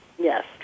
Yes